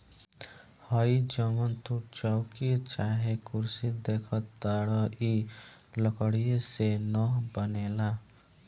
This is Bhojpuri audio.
हइ जवन तू चउकी चाहे कुर्सी देखताड़ऽ इ लकड़ीये से न बनेला